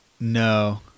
No